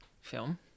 film